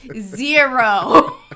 Zero